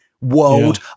world